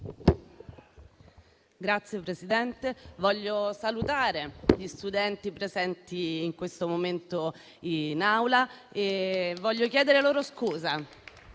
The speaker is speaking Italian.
Signor Presidente, voglio salutare gli studenti presenti in questo momento in Aula e voglio chiedere loro scusa.